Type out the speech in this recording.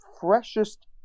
freshest